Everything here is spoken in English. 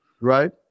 right